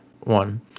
One